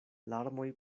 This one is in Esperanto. larmoj